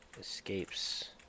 escapes